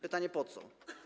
Pytanie, po co.